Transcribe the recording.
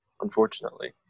Unfortunately